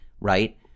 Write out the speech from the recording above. right